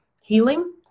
healing